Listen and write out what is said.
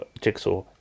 jigsaw